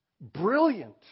brilliant